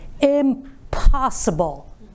impossible